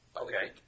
Okay